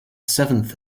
seventh